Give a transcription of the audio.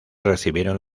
recibieron